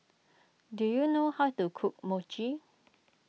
do you know how to cook Mochi